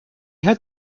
had